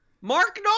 Mark